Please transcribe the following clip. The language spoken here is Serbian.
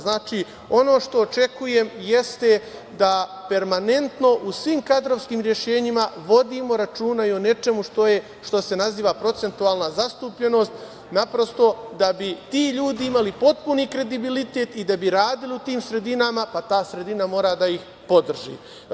Znači, ono što očekujem jeste da permanentno u svim kadrovskim rešenjima vodimo računa i o nečemu što se naziva procentualna zastupljenost, a da bi ti ljudi imali potpuni kredibilitet i da bi radili u tim sredinama, pa ta sredina mora da ih podrži.